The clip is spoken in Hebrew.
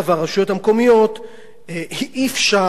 אי-אפשר להרשות שדבר כזה יקרה.